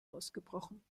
ausgebrochen